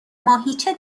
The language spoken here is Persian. ماهیچه